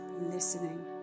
listening